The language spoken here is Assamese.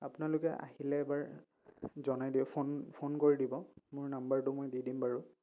আপোনালোকে আহিলে এবাৰ জনাই দিব ফোন ফোন কৰি দিব মোৰ নাম্বাৰটো মই দি দিম বাৰু